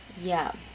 ya